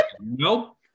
Nope